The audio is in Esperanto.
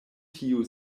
tiu